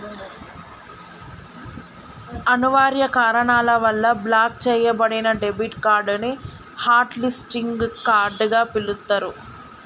అనివార్య కారణాల వల్ల బ్లాక్ చెయ్యబడిన డెబిట్ కార్డ్ ని హాట్ లిస్టింగ్ కార్డ్ గా పిలుత్తరు